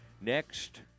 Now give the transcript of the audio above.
Next